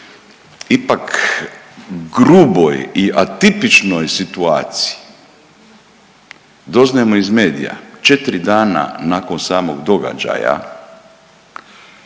ipak gruboj i atipičnoj situaciji doznajemo iz medija, 4 dana nakon samog događaja,